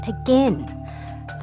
again